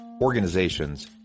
organizations